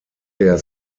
der